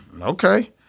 okay